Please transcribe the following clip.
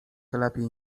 lepiej